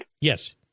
Yes